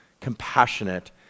compassionate